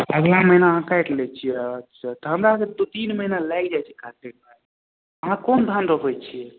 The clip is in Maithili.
अगला महीना अहाँ काटि लै छियै अच्छा तऽ हमरा दू तीन महीना लागि जाइ छै काटैमे अहाँ कोन धान रोपै छियै